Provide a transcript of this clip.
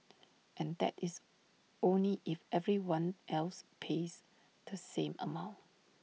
and that is only if everyone else pays the same amount